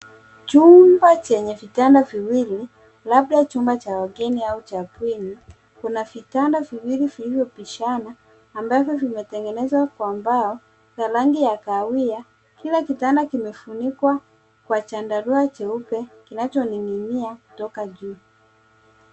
Chumba chenye vitanda viwili labda chumba cha wageni au cha bweni, kuna vitanda viwili vilivyopishana ambavyo vimetengenezwa kwa mbao na rangi ya kahawia. Kila kitanda kimefunikwa kwa chandarua cheupe kinachoning'inia kutoka juu.